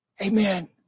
Amen